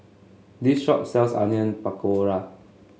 this shop sells Onion Pakora